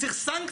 מה זה "רובן"?